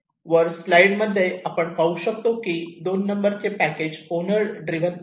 वर स्लाईड मध्ये आपण पाहू शकतो की दोन नंबर चे पॅकेज ओनर ड्रिवन आहे